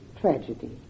tragedy